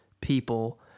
people